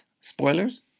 spoilers